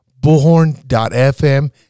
bullhorn.fm